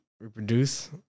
Reproduce